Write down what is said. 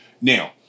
Now